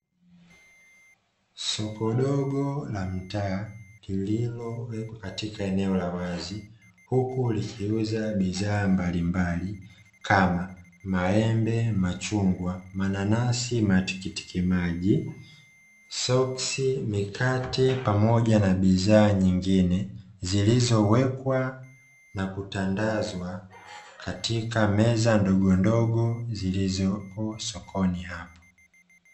Soko dogo la mtaa lililo wekwa katika eneo la wazi huku likiuza bidhaa mbalimbali kama maembe, machungwa, mananasi, matikitikimaji, soksi ,mikate pamoja na bidhaa nyingine zilizowekwa na kutandazwa katika meza ndogondogo zilizopo sokoni hapo.